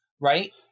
right